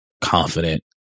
confident